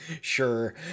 sure